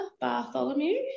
Bartholomew